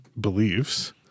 beliefs